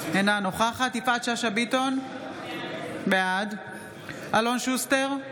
אינה נוכחת יפעת שאשא ביטון, בעד אלון שוסטר,